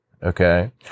Okay